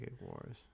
Wars